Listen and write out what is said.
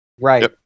right